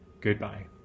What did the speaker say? Goodbye